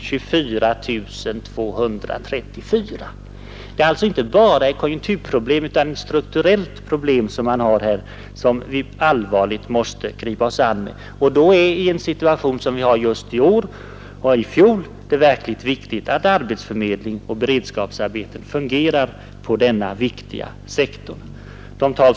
Kvinnoarbetslösheten är alltså inte bara ett konjunkturproblem utan har under de senaste åren också ökat vid år med goda konjunkturer såsom 1968. Den är ett strukturellt problem, som vi allvarligt måste gripa oss an med. Då är det, i en sådan situation som vi har just nu och hade i fjol, verkligen viktigt att arbetsförmedling och beredskapsarbeten fungerar på denna viktiga sektor.